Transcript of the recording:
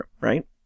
right